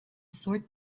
sort